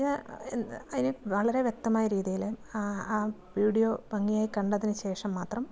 ഞാൻ അതിനു വളരെ വ്യക്തമായ രീതിയിൽ ആ വീഡിയോ ഭംഗിയായി കണ്ടതിന് ശേഷം മാത്രം